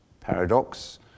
Paradox